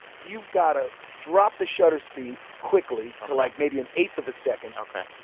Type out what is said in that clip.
you've got to drop the shutter speed quickly to, like, maybe an eighth of a second. ok.